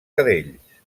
cadells